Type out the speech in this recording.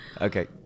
Okay